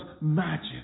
magic